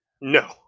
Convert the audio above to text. no